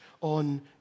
on